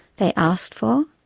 they asked for,